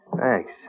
Thanks